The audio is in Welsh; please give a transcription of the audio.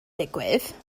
digwydd